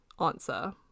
answer